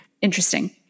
interesting